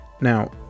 Now